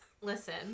Listen